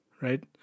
right